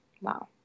Wow